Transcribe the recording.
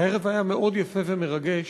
הערב היה מאוד יפה ומרגש,